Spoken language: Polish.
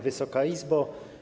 Wysoka Izbo!